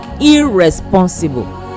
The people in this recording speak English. irresponsible